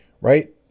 Right